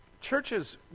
Churches